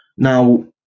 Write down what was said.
Now